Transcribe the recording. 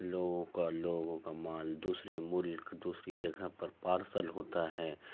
لوگوں کا لوگوں کا مال دوسرے ملک دوسری جگہ پر پارسل ہوتا ہے